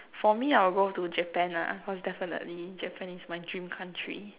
for me I will go to Japan lah cause definitely Japan is my dream country